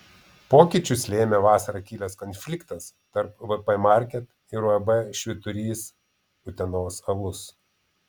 pokyčius lėmė vasarą kilęs konfliktas tarp vp market ir uab švyturys utenos alus